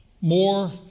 more